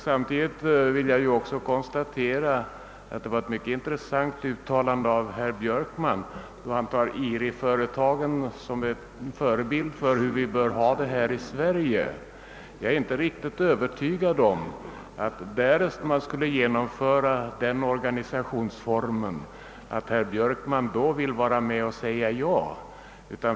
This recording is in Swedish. Samtidigt vill jag också konstatera att det var ett mycket intressant uttalande av herr Björkman, då han tar IRI-företagen som en förebild för hur vi bör ha det här i Sverige. Jag är inte riktigt övertygad om att herr Björkman, därest man skulle vilja genomföra den organisationsformen här, skulle vilja vara med och säga ja.